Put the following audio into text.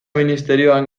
ministerioan